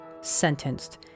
sentenced